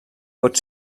pot